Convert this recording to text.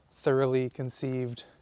thoroughly-conceived